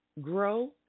grow